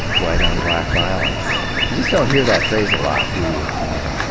white on black violence. you just don't hear that phrase a lot do you, in the